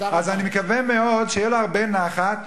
אז אני מקווה מאוד שיהיה לו הרבה נחת,